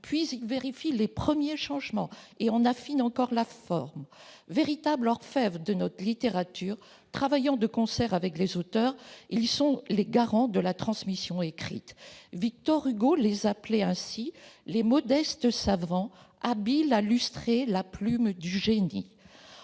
vérifie ensuite les premiers changements et en affine encore la forme. Véritables orfèvres de notre littérature, travaillant de concert avec les auteurs, ils sont les garants de la transmission écrite. Victor Hugo les appelait les « modestes savants habiles à lustrer la plume du génie ».